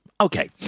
Okay